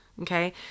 okay